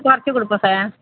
குறைச்சு கொடுப்போம் சார்